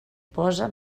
posa